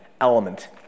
element